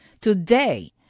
Today